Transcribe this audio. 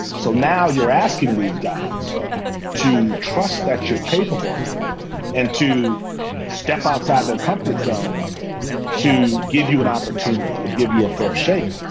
so now you're asking these guys to trust that you're capable and to step outside their comfort zones to give you an opportunity and give you a fair shake.